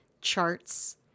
charts